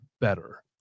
better